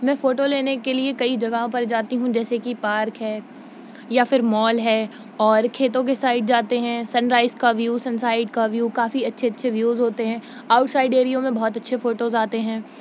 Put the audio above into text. میں فوٹو لینے کے لیے کئی جگہوں پر جاتی ہوں جیسے کہ پارک ہے یا پھر مول ہے اور کھیتوں کے سائڈ جاتے ہیں سن رائز کا وییو سن سائڈ کا وییو کافی اچھے اچھے وییوز ہوتے ہیں آوٹ سائڈ ایریوں میں بہت اچھے فوٹوز آتے ہیں